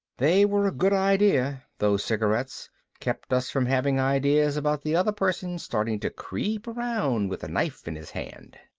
they were a good idea, those cigarettes kept us from having ideas about the other person starting to creep around with a knife in his hand.